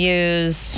use